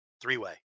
Three-way